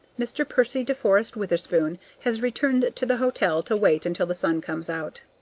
mr. percy de forest witherspoon has returned to the hotel to wait until the sun comes out.